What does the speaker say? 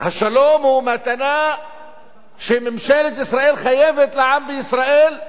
השלום הוא מתנה שממשלת ישראל חייבת לעם בישראל,